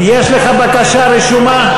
יש לך בקשה רשומה?